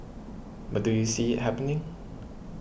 but do you see it happening